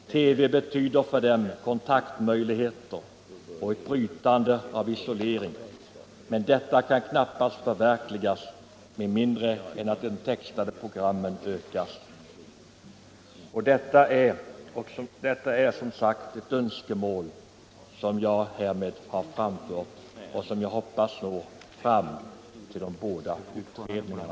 TV betyder för dem kontaktmöjligheter och brytande av isolering, men detta kan knappast förverkligas med mindre än att antalet textade program ökas. Det är ett önskemål som jag härmed har framfört som jag hoppas når fram till de båda utredningarna.